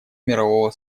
мирового